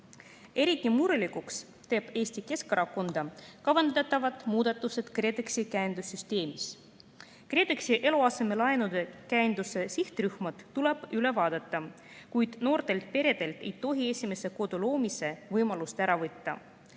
murelikuks teevad Eesti Keskerakonda kavandatavad muudatused KredExi käendussüsteemis. KredExi eluasemelaenude käenduse sihtrühmad tuleb üle vaadata, kuid noortelt peredelt ei tohi esimese kodu loomise võimalust ära võtta.